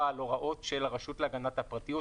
על הוראות של הרשות להגנת הפרטיות,